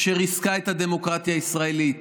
שריסקה את הדמוקרטיה הישראלית.